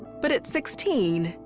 but at sixteen,